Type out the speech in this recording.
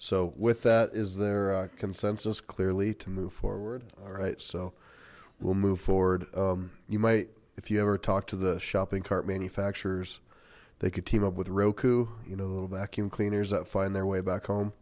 so with that is their consensus clearly to move forward all right so we'll move forward you might if you ever talked to the shopping cart manufacturers they could team up with roku you know a little vacuum cleaners that find their way back home